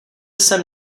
jsem